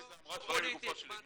עליזה אמרה דברים לגופו של עניין,